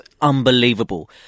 unbelievable